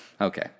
okay